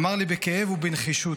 אמר לי בכאב ובנחישות: